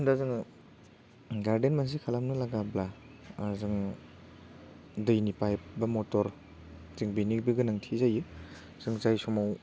दा जोङो गार्देन मोनसे खालामनो लागाब्ला बा जों दैनि पाइप बा मटर जों बेनिबो गोनांथि जायो जों जाय समाव